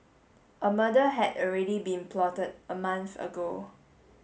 a murder had already been plotted a month ago